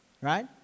Right